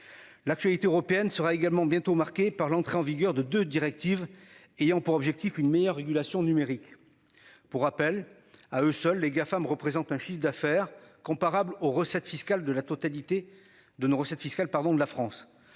L'actualité européenne sera également bientôt marquée par l'entrée en vigueur de de directives ayant pour objectif une meilleure régulation numérique. Pour rappel à eux seuls les Gafam représente un chiffre d'affaires comparable aux recettes fiscales de la totalité de nos